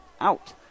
out